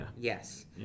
Yes